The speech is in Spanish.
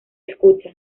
escucha